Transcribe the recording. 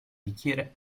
bicchiere